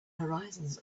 horizons